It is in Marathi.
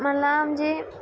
म्ह आमचे